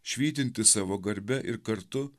švytintis savo garbe ir kartu